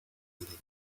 hidden